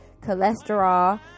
cholesterol